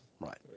Right